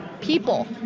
people